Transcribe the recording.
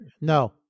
No